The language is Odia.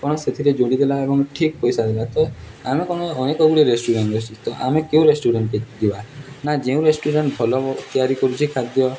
କ'ଣ ସେଥିରେ ଯୋଡ଼ି ଦେଲା ଏବଂ ଠିକ୍ ପଇସା ଦେଲା ତ ଆମେ କ'ଣ ଅନେକଗୁଡ଼ିଏ ରେଷ୍ଟୁରାଣ୍ଟ ଆମେ କେଉଁ ରେଷ୍ଟୁରାଣ୍ଟ ଯିବା ନା ଯେଉଁ ରେଷ୍ଟୁରାଣ୍ଟ ଭଲ ତିଆରି କରୁଛେ ଖାଦ୍ୟ